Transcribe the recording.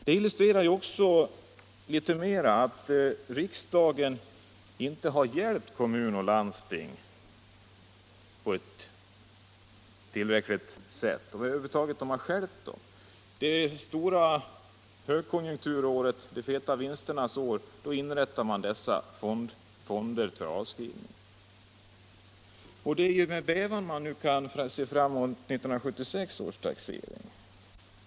Det illustrerar också att riksdagen inte har hjälpt kommuner och landsting på ett tillfredsställande sätt utan i stället stjälpt dem. Under högkonjunkturen och de feta vinsternas år inrättades dessa fonder för avskrivning. Med bävan ser man fram mot 1976 års taxering.